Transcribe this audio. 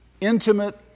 intimate